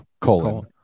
colon